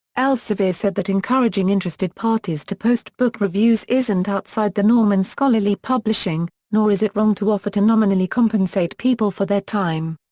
elsevier said that encouraging interested parties to post book reviews isn't outside the norm in scholarly publishing, nor is it wrong to offer to nominally compensate people for their time.